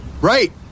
Right